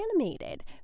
animated